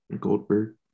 Goldberg